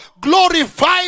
glorified